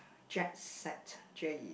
jet set jay